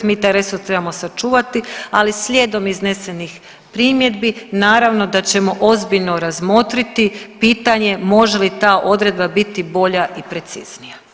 Mi taj resor trebamo sačuvati ali slijedom iznesenih primjedbi naravno da ćemo ozbiljno razmotriti pitanje može li ta odredba biti bolja i preciznija.